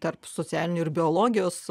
tarp socialinių ir biologijos